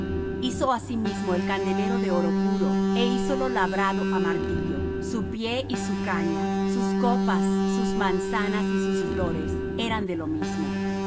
hizo asimismo el candelero de oro puro é hízolo labrado á martillo su pie y su caña sus copas sus manzanas y sus flores eran de lo mismo